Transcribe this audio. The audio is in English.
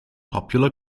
popular